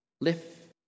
lift